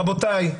רבותיי,